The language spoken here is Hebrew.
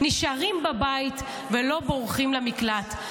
נשארים בבית ולא בורחים למקלט.